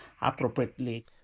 appropriately